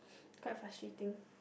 quite frustrating